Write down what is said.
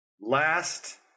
Last